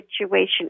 situation